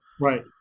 Right